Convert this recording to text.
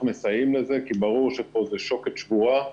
מסייעים לעניין הזה כי ברור שזו פה שוקת שבורה,